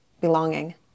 belonging